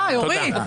די, אורית.